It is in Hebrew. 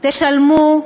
תשלמו,